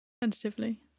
Tentatively